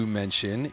mention